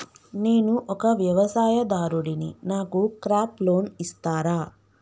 నేను ఒక వ్యవసాయదారుడిని నాకు క్రాప్ లోన్ ఇస్తారా?